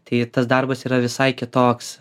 tai tas darbas yra visai kitoks